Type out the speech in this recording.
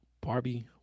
Barbie